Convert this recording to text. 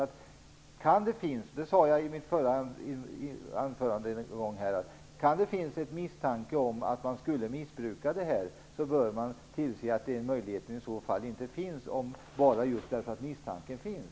Jag sade i ett tidigare anförande att kan det finnas misstanke om att man skulle missbruka detta bör man tillse att den möjligheten inte finns kvar, om så bara därför att misstanken finns.